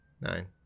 Nine